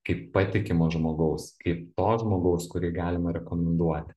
kaip patikimo žmogaus kaip to žmogaus kurį galima rekomenduoti